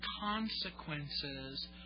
consequences